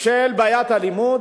בעיית האלימות.